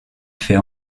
fait